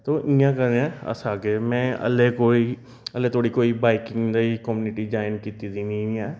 तूं इ'यां करेआं अस औगे में हल्ले कोई हल्ले धोड़ी कोई बाइकिंग लेई कम्युनिटी ज्वाइन कीती दी निं ऐ